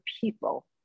people